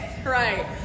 Right